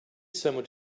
someone